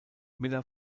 miller